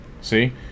see